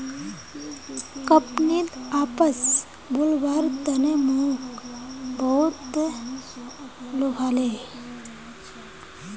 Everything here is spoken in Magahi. कंपनीत वापस बुलव्वार तने मोक बहुत लुभाले